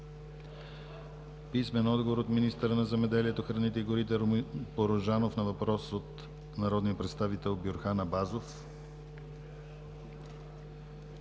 и Иван Генов; - министъра на земеделието, храните и горите Румен Порожанов на въпрос от народния представител Бюрхан Абазов;